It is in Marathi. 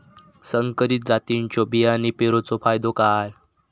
संकरित जातींच्यो बियाणी पेरूचो फायदो काय?